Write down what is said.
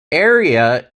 area